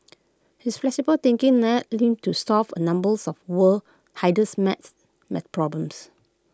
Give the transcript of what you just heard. his flexible thinking led him to solve A numbers of world's hardest math math problems